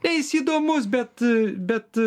tai jis įdomus bet bet